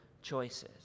choices